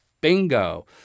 Bingo